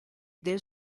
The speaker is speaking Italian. del